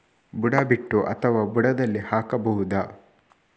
ಬುಡ ಬಿಟ್ಟು ಅಥವಾ ಬುಡದಲ್ಲಿ ಹಾಕಬಹುದಾ?